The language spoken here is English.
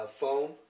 phone